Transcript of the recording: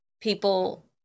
people